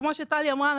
וכמו שטלי אמרה,